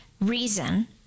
reason